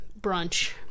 brunch